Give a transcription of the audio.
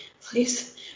Please